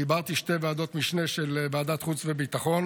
חיברתי שתי ועדות משנה של ועדת החוץ והביטחון